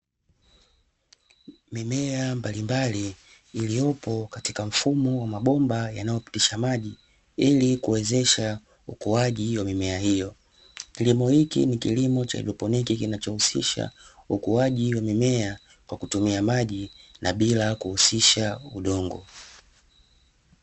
Mimea mbalimbali iliyopo katika mfumo wa mabomba yanayopitisha maji ili kuwezesha ukuaji wa mimea hiyo, kilimo hichi ni kilimo cha haidroponi kinachohusisha ukuaji wa mimea kwa kutumia maji na bila kuhusisha udongo.